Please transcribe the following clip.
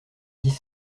dix